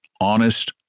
honest